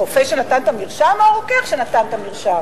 הרופא שנתן את המרשם או הרוקח שנתן את המרשם?